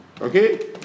okay